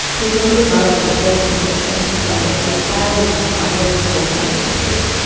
he's mostly thought of as a folk musician, but this style was classic old-time country.